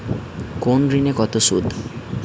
কোন ঋণে কত সুদ?